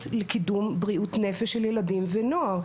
לקידום בריאות נפש של ילדים ונוער.